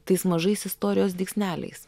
tais mažais istorijos dygsneliais